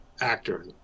actor